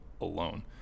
alone